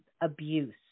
abuse